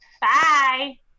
Bye